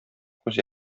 күз